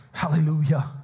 Hallelujah